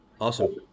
Awesome